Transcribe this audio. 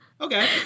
okay